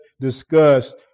discussed